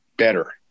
better